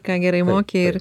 ką gerai moki ir